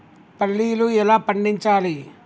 పల్లీలు ఎలా పండించాలి?